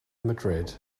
madrid